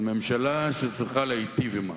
על ממשלה שצריכה להיטיב עם העם.